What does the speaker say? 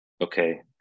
Okay